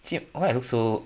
see why I look so